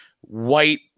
white